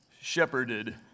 shepherded